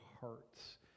hearts